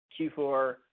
Q4